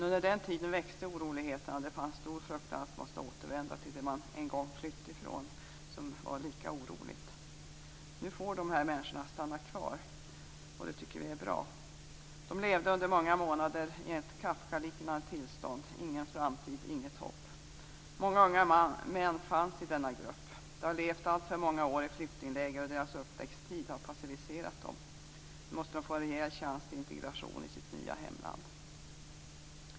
Under tiden växte oroligheterna, och det fanns stor fruktan för att tvingas återvända till det som de en gång hade flytt ifrån, som fortfarande var lika oroligt. Nu får de här människorna stanna kvar, och det tycker vi är bra. De levde under många månader i ett Kafkaliknande tillstånd - ingen framtid, inget hopp. Många unga män fanns i denna grupp. De har levt alltför många år i flyktingläger, och deras uppväxttid har passiviserat dem. Nu måste de få en rejäl chans till integration i sitt nya hemland.